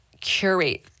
curate